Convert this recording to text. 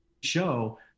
show